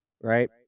right